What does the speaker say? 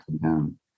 down